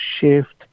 shift